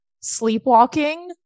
sleepwalking